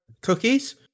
cookies